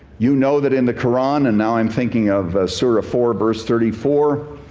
you know that in the quran, and now i'm thinking of sort of four verse thirty four,